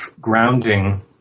grounding